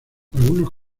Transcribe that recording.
algunos